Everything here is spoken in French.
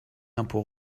impôt